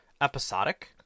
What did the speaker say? episodic